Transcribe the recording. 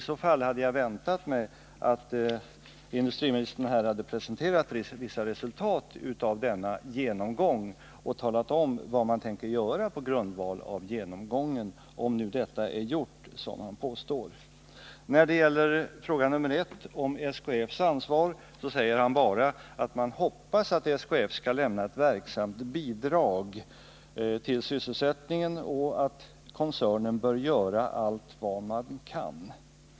Jag hade väntat mig att industriministern här skulle presentera vissa resultat av denna genomgång och tala om vad regeringen tänker göra på grundval av genomgången, om nu denna, som han påstår, är gjord. Beträffande fråga nr I om SKF:s ansvar sade industriministern bara att regeringen hoppas att SKF skall lämna ett verksamt bidrag till sysselsättningen och att koncernen bör göra allt vad den kan.